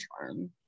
charm